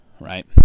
Right